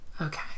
Okay